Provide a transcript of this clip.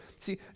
See